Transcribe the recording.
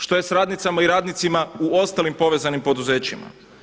Što je s radnicama i radnicima i ostalim povezanim poduzećima?